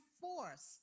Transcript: force